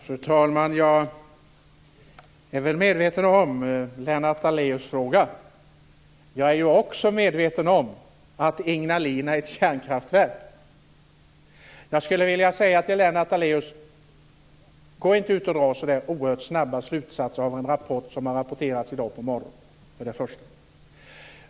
Fru talman! Jag är medveten om Lennart Daléus fråga. Jag är också medveten om att Ignalina är ett kärnkraftverk. Jag skulle för det första vilja säga till Lennart Daléus att han inte skall dra så oerhört snabba slutsatser av en rapport som har presenterats i dag på morgonen.